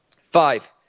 Five